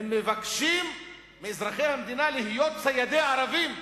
הם מבקשים מאזרחי המדינה להיות ציידי ערבים.